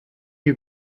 you